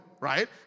right